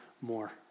more